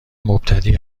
مبتدی